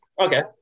Okay